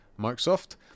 Microsoft